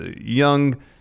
young